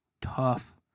tough